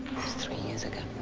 that's three years ago.